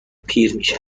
پیرمیشه